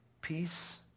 peace